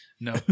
No